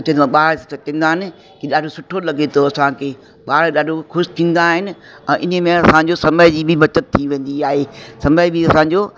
ॿार चवंदा आहिनि की ॾाढो सुठो लॻे थो असांखे ॿार ॾाढो ख़ुशि थींदा आहिनि ऐं इन में असांजो समय जी बि बचति थी वेंदी आहे समय बि असांजो